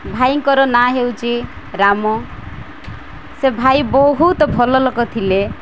ଭାଇଙ୍କର ନାଁ ହେଉଛି ରାମ ସେ ଭାଇ ବହୁତ ଭଲ ଲୋକ ଥିଲେ